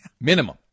Minimum